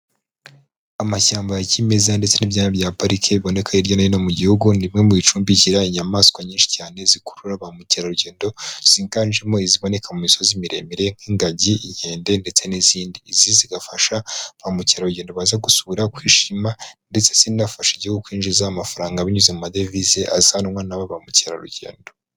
Amashyamba ya kimeza ndetse n'ibyaya bya pariki, biboneka hirya no hino mu gihugu, ni bimwe mu bicumbikira inyamaswa nyinshi cyane, zikurura ba mukerarugendo, ziganjemo iziboneka mu misozi miremire, nk'ingagi, inkende, ndetse n'izindi. Izi zigafasha ba mukerarugendo baza gusura kwishima, ndetse zinafasha igihugu kwinjiza amafaranga binyuze mu madevize, azanwa na ba ba mukerarugendo.